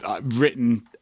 written